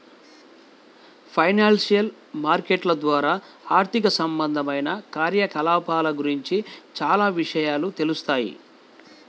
financial మార్కెట్ల ద్వారా ఆర్థిక సంబంధమైన కార్యకలాపాల గురించి చానా విషయాలు తెలుత్తాయి